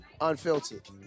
Unfiltered